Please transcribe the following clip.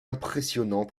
impressionnant